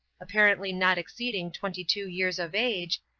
apparently not exceeding twenty-two years of age,